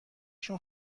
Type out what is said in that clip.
شون